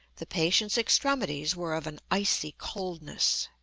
the patient's extremities were of an icy coldness.